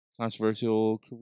controversial